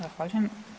Zahvaljujem.